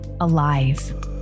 alive